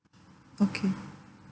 okay